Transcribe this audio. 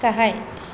गाहाय